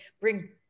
bring